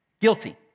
Guilty